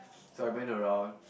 so I went around